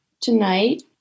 tonight